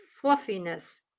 fluffiness